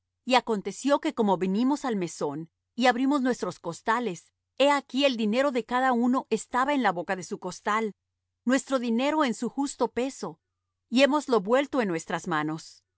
y aconteció que como vinimos al mesón y abrimos nuestros costales he aquí el dinero de cada uno estaba en la boca de su costal nuestro dinero en su justo peso y hémoslo vuelto en nuestras manos